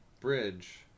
bridge